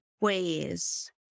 ways